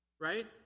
right